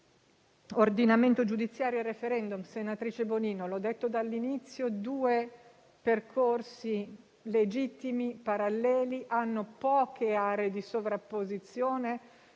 ordinamento giudiziario e *referendum*, senatrice Bonino, l'ho detto dall'inizio: due percorsi legittimi, paralleli, hanno poche aree di sovrapposizione